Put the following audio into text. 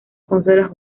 consolas